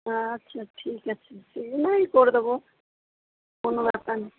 আচ্ছা ঠিক আছে সে নাহয় করে দেবো কোনো ব্যাপার